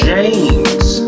James